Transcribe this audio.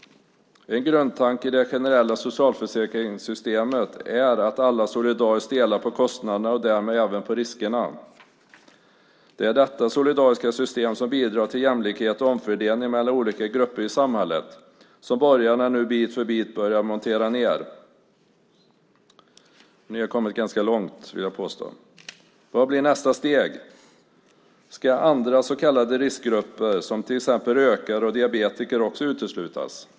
En grundtanke i det generella socialförsäkringssystemet är att alla solidariskt delar på kostnaderna och därmed även på riskerna. Det är detta solidariska system, som bidrar till jämlikhet och omfördelning mellan olika grupper i samhället, som borgarna nu bit för bit börjar montera ned. De har redan kommit ganska långt, vill jag påstå. Vad blir nästa steg? Ska andra så kallade riskgrupper, till exempel rökare och diabetiker, också uteslutas?